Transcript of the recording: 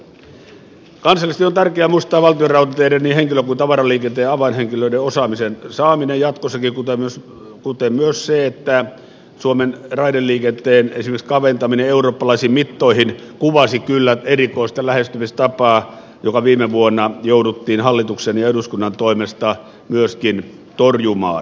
kansallisesti on tärkeää muistaa valtionrautateiden niin henkilö kuin tavaraliikenteen avainhenkilöiden osaamisen saaminen jatkossakin kuten myös se että suomen raideliikenteen esimerkiksi kaventaminen eurooppalaisiin mittoihin kuvasi kyllä erikoista lähestymistapaa joka viime vuonna jouduttiin hallituksen ja eduskunnan toimesta myöskin torjumaan